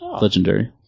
Legendary